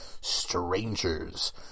Strangers